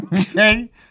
Okay